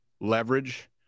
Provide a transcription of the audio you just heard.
leverage